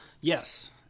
Yes